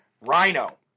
rhino